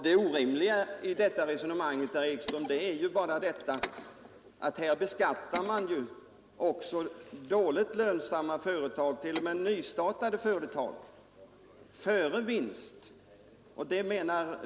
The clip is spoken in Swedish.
Det orimliga i detta resonemang är, herr Ekström, att man här beskattar även dåligt lönsamma företag och t.o.m. nystartade företag före vinst.